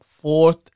fourth